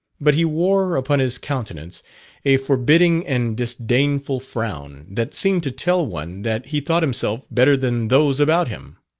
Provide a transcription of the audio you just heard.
but he wore upon his countenance a forbidding and disdainful frown, that seemed to tell one that he thought himself better than those about him.